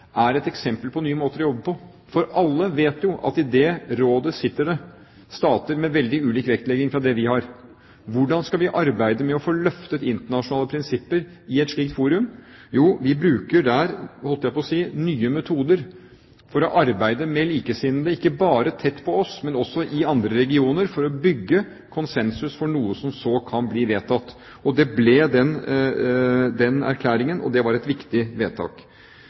er et eksempel på nye måter å jobbe på. For alle vet jo at i det rådet sitter det stater med veldig ulik vektlegging fra det vi har. Hvordan skal vi arbeide med å få løftet internasjonale prinsipper i et slikt forum? Jo, vi bruker der – jeg hadde nær sagt – nye metoder for å arbeide med likesinnede, ikke bare tett på oss, men også i andre regioner, for å bygge konsensus for noe som så kan bli vedtatt. Det ble den erklæringen, og det var et viktig vedtak.